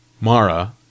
Mara